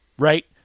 Right